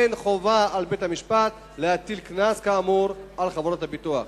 אין חובה על בית-המשפט להטיל קנס על חברות הביטוח.